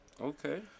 Okay